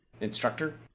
instructor